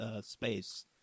space